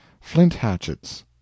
flint-hatchets